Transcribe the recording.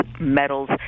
metals